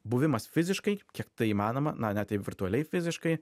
buvimas fiziškai kiek tai įmanoma na ne taip virtualiai fiziškai